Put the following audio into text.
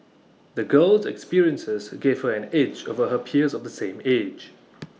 the girl's experiences gave her an edge over her peers of the same age